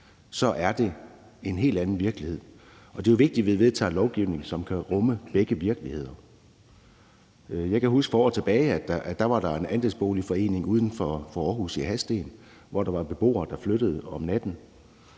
så er det en helt anden virkelighed, og det er jo vigtig, at vi vedtager lovgivning, som kan rumme begge virkeligheder. Jeg kan huske, at der for år tilbage var en andelsboligforening uden for Aarhus, i Hadsten, hvor der var beboere, der flyttede om natten,